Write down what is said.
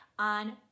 On